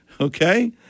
okay